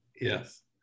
Yes